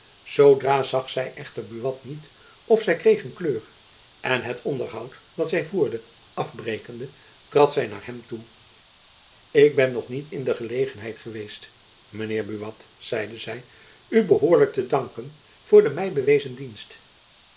zoodra zag zy echter buat niet of zy kreeg een kleur en het onderhoud dat zy voerde afbrekende trad zy naar hem toe ik ben nog niet in de gelegenheid geweest mijn heer buat zeide zy u behoorlijk te bedanken voor de my bewezen dienst